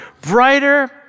brighter